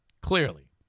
clearly